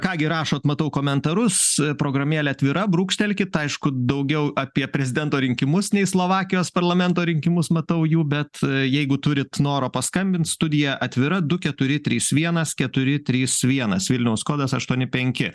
ką gi rašot matau komentarus programėlė atvira brūkštelkit aišku daugiau apie prezidento rinkimus nei slovakijos parlamento rinkimus matau jų bet jeigu turit noro paskambint studija atvira du keturi trys vienas keturi trys vienas vilniaus kodas aštuoni penki